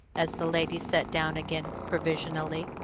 as the ladies sat down again provisionally.